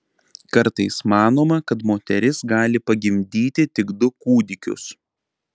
kartais manoma kad moteris gali pagimdyti tik du kūdikius